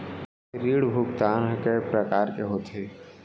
ऋण भुगतान ह कय प्रकार के होथे?